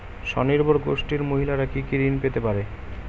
স্বনির্ভর গোষ্ঠীর মহিলারা কি কি ঋণ পেতে পারে?